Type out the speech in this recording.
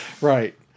Right